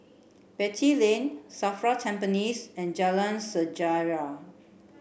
Beatty Lane SAFRA Tampines and Jalan Sejarah